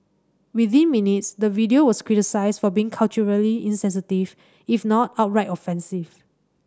within minutes the video was criticised for being culturally insensitive if not outright offensive